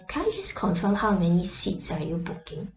can I just confirm how many seats are you booking